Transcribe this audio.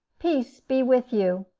peace be with you!